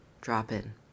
drop-in